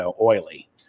oily